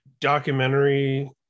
documentary